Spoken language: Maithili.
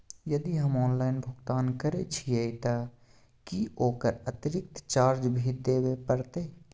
यदि हम ऑनलाइन भुगतान करे छिये त की ओकर अतिरिक्त चार्ज भी देबे परतै?